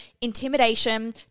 intimidation